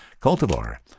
cultivar